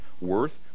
worth